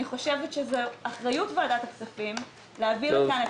אני חושבת שזו אחריות ועדת הכספים להביא לכאן את